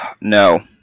No